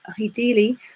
Ideally